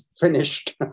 finished